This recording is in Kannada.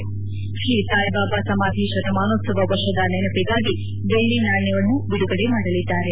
ಅಲ್ಲದೇ ಶ್ರೀ ಸಾಯಿಬಾಬಾ ಸಮಾಧಿ ಶತಮಾನೋತ್ಸವ ವರ್ಷದ ನೆನಪಿಗಾಗಿ ಬೆಳ್ಳಿ ನಾಣ್ಯವನ್ನು ಬಿಡುಗಡೆ ಮಾಡಲಿದ್ದಾರೆ